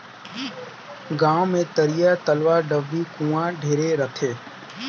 गांव मे तरिया, तलवा, डबरी, कुआँ ढेरे रथें